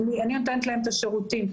אני נותנת להם את השירותים.